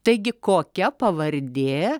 taigi kokia pavardė